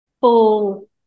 full